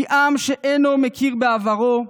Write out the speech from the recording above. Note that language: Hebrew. כי עם שאינו מכיר בעברו,